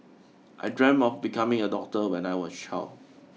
I dreamt of becoming a doctor when I was child